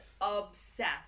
obsessed